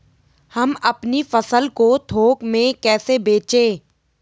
हम अपनी फसल को थोक में कैसे बेचें?